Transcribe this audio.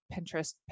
Pinterest